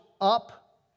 up